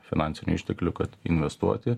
finansinių išteklių kad investuoti